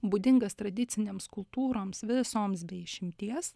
būdingas tradicinėms kultūroms visoms be išimties